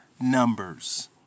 numbers